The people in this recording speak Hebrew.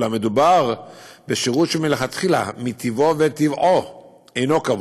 אולם מדובר בשירות שמלכתחילה מטיבו וטבעו אינו קבוע,